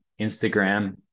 Instagram